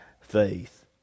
faith